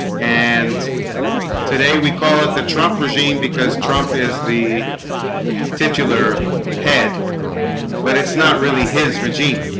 and today we call it the trump regime because trump is the titular head but it's not really his regime,